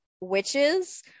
witches-